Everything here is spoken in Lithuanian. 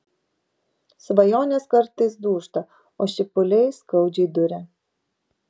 svajonės kartais dūžta o šipuliai skaudžiai duria